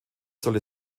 soll